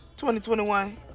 2021